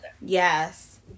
Yes